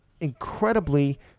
incredibly